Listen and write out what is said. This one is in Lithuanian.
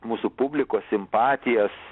mūsų publikos simpatijas